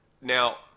Now